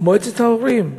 מועצת ההורים.